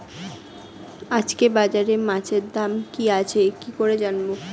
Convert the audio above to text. আজকে বাজারে মাছের দাম কি আছে কি করে জানবো?